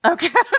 Okay